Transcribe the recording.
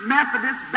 Methodist